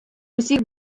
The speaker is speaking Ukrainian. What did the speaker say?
усіх